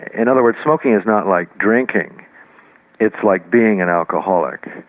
in other words, smoking is not like drinking it's like being an alcoholic.